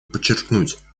подчеркнуть